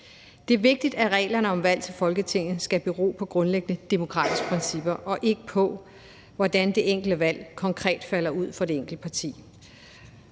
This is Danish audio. Det er vigtigt, at reglerne om valg til Folketinget beror på grundlæggende demokratiske principper og ikke på, hvordan det enkelte valg konkret falder ud for det enkelte parti.